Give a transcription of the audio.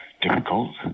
difficult